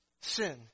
Sin